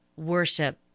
worship